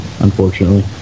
unfortunately